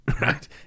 right